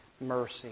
mercy